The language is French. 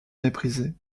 méprisé